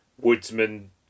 woodsman